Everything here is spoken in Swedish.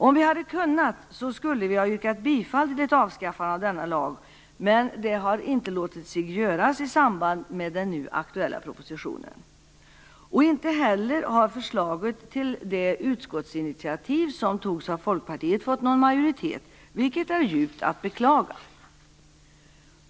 Om vi hade kunnat skulle vi ha yrkat bifall till ett avskaffande av denna lag, men det har inte låtit sig göras i samband med den nu aktuella propositionen. Inte heller har förslaget till det utskottsinitiativ som togs av Folkpartiet fått någon majoritet, vilket är att djupt beklaga.